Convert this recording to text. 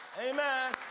amen